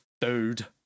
dude